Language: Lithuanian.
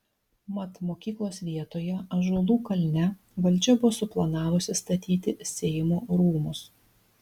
mat mokyklos vietoje ąžuolų kalne valdžia buvo suplanavusi statyti seimo rūmus